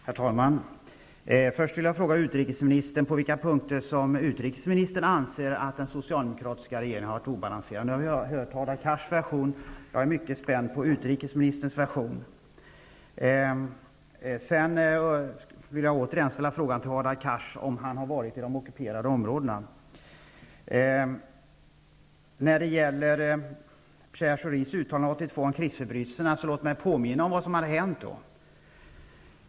Herr talman! Först vill jag fråga utrikesministern på vilka punkter som hon anser att den socialdemokratiska regeringen har varit obalanserad. Nu har jag hört Hadar Cars version, och jag är mycket spänd på utrikesministerns version. Jag vill åter ställa frågan till Hadar Cars, om han har varit i de ockuperade områdena. När det gäller Pierre Schoris uttalande 1982 om krigsförbrytelserna, vill jag påminna om vad som hade hänt då.